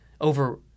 over